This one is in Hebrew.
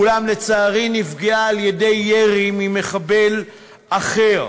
אולם, לצערי, נפגעה מירי ממחבל אחר.